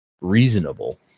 reasonable